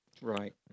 Right